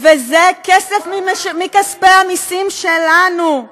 עוד פעם השקרים האלה?